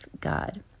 God